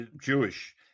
Jewish